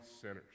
sinners